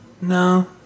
no